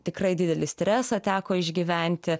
tikrai didelį stresą teko išgyventi